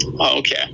Okay